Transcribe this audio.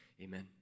Amen